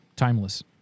Timeless